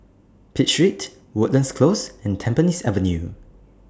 Pitt Street Woodlands Close and Tampines Avenue